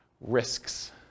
Risks